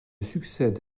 succède